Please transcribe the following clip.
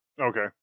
Okay